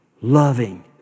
loving